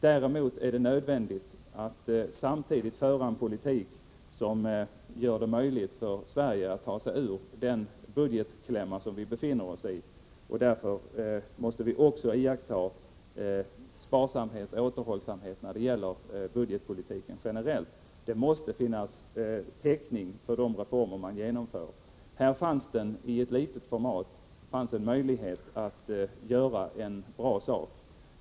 Däremot är det nödvändigt att samtidigt föra en politik som gör det möjligt för Sverige att ta sig ur den budgetklämma som landet befinner sig i. Därför måste vi generellt iaktta återhållsamhet när det gäller budgetpolitiken. Det måste finnas täckning för de reformer som man genomför. I ett litet format fanns det här en möjlighet att göra en bra sak.